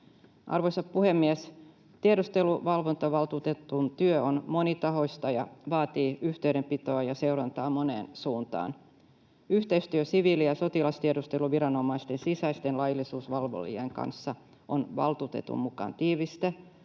Arvoisa puhemies! Tiedusteluvalvontavaltuutetun työ on monitahoista ja vaatii yhteydenpitoa ja seurantaa moneen suuntaan. Yhteistyö siviili- ja sotilastiedusteluviranomaisten sisäisten laillisuusvalvojien kanssa on valtuutetun mukaan tiivistä,